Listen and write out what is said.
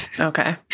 Okay